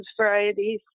varieties